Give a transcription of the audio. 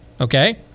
okay